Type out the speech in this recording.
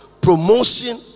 promotion